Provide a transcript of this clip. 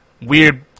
weird